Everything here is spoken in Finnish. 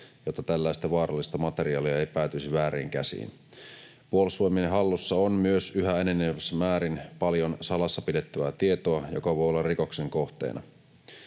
jotta tällaista vaarallista materiaalia ei päätyisi vääriin käsiin. Puolustusvoimien hallussa on myös yhä enenevässä määrin paljon salassa pidettävää tietoa, joka voi olla rikoksen kohteena.